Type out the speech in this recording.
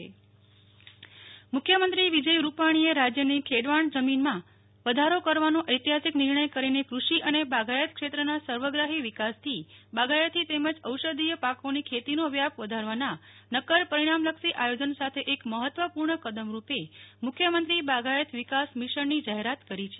નેહલ ઠક્કર મુખ્યમંત્રી બાગાયત વિકાસ મિશન મુખ્યમંત્રી વિજયભાઇ રૂપાણીએ રાજ્યની ખેડવાણ જમીનમાં વધારો કરવાનો ઐતિહાસિક નિર્ણય કરીને ક્રષિ અને બાગાયત ક્ષેત્રના સર્વગ્રાહી વિકાસથી બાગાયતી તેમજ ઔષધિય પાકોની ખેતીનો વ્યાપ વધારવાના નક્કર પરિણામલક્ષી આયોજન સાથે એક મહત્વપૂર્ણ કદમ રૂપે મુખ્યમંત્રી બાગાયત વિકાસ મિશનની જાહેરાત કરી છે